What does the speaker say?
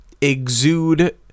exude